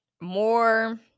more